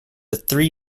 three